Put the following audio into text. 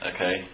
Okay